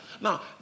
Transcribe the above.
Now